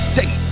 day